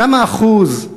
כמה אחוזים,